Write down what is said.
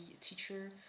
teacher